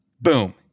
boom